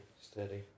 steady